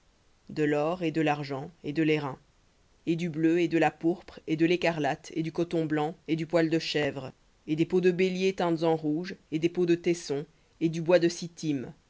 de l'or et de l'argent et de lairain et du bleu et de la pourpre et de l'écarlate et du coton blanc et du poil de chèvre et des peaux de béliers teintes en rouge et des peaux de taissons et du bois de